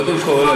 קודם כול,